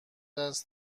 است